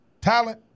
talent